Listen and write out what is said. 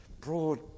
broad